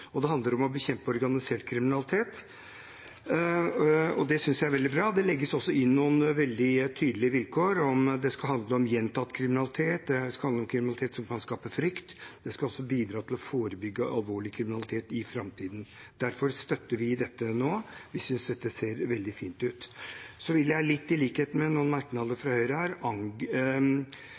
og det handler om å bekjempe organisert kriminalitet. Det synes jeg er veldig bra, og det legges også inn noen veldig tydelige vilkår. Det skal handle om gjentatt kriminalitet, det skal handle om kriminalitet som kan skape frykt, det skal også bidra til å forebygge alvorlig kriminalitet i framtiden. Derfor støtter vi dette nå. Vi synes dette ser veldig fint ut. Så vil jeg, litt i likhet med noen merknader fra Høyre